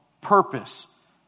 purpose